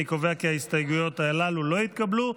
אני קובע כי ההסתייגויות הללו לא התקבלו.